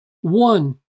One